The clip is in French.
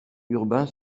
urbain